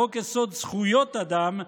חוק-יסוד: זכויות אדם,